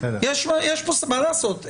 מה לעשות,